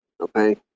okay